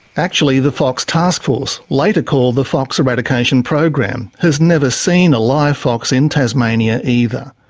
actually, the fox task force, later called the fox eradication program, has never seen a live fox in tasmania either.